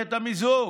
מערכת המיזוג.